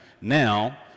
Now